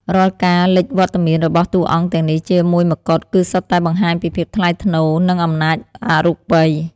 រាល់ការលេចវត្តមានរបស់តួអង្គទាំងនេះជាមួយម្កុដ គឺសុទ្ធតែបង្ហាញពីភាពថ្លៃថ្នូរ និងអំណាចអរូបី។